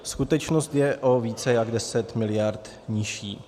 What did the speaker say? Skutečnost je o více jak 10 mld. nižší.